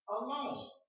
alone